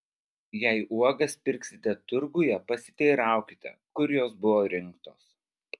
jei uogas pirksite turguje pasiteiraukite kur jos buvo rinktos